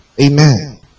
Amen